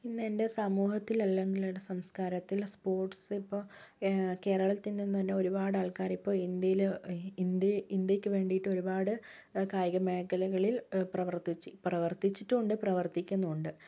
ഇന്ന് എൻ്റെ സമൂഹത്തിൽ അല്ലെങ്കിൽ സംസ്കാരത്തിൽ സ്പോർട്സ് ഇപ്പോൾ കേരളത്തിൽ നിന്ന് തന്നെ ഒരുപാട് ആൾക്കാർ ഇപ്പോൾ ഇന്ത്യയിൽ ഇന്ത്യ ഇന്ത്യക്ക് വേണ്ടിട്ട് ഒരുപാട് കായിക മേഖലകളിൽ പ്രവർത്തി പ്രവർത്തിച്ചിട്ടും ഉണ്ട് പ്രവർത്തിക്കുന്നും ഉണ്ട്